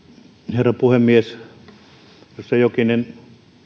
herra puhemies edustaja jokinen